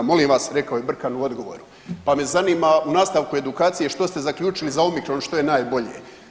Molim vas.“ Rekao je Brkan u odgovoru, pa me zanima u nastavku edukacije što ste zaključili za omicron što je najbolje?